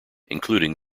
including